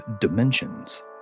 dimensions